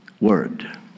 word